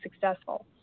successful